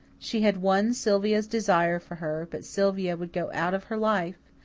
she had won sylvia's desire for her but sylvia would go out of her life,